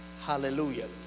Hallelujah